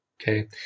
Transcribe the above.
Okay